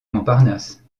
montparnasse